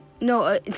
No